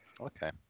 Okay